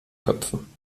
köpfen